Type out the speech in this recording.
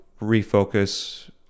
refocus